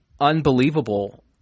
unbelievable